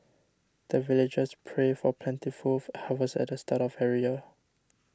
the villagers pray for plentiful harvest at the start of every year